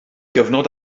gyfnod